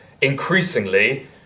increasingly